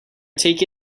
take